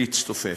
להצטופף.